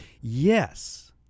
Yes